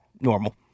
normal